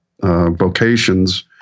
vocations